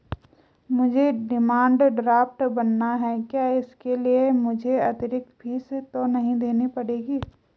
मुझे demand draft बनाना है क्या इसके लिए मुझे अतिरिक्त फीस तो नहीं देनी पड़ेगी?